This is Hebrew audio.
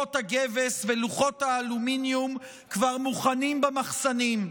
לוחות הגבס ולוחות האלומיניום כבר מוכנים במחסנים.